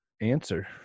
answer